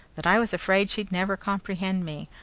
that i was afraid she'd never comprehend me.